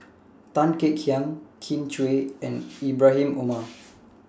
Tan Kek Hiang Kin Chui and Ibrahim Omar